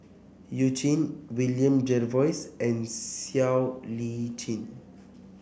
You Jin William Jervois and Siow Lee Chin